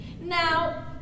Now